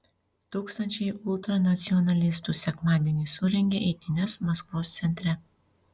tūkstančiai ultranacionalistų sekmadienį surengė eitynes maskvos centre